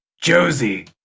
Josie